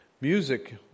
Music